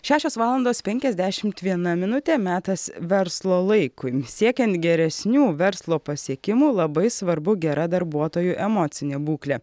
šešios valandos penkiasdešimt viena minutė metas verslo laikui siekiant geresnių verslo pasiekimų labai svarbu gera darbuotojų emocinė būklė